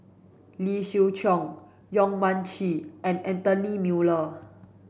Lee Siew Choh Yong Mun Chee and Anthony Miller